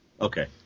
Okay